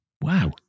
Wow